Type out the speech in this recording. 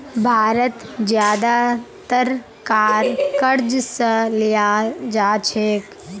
भारत ज्यादातर कार क़र्ज़ स लीयाल जा छेक